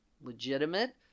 legitimate